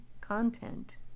content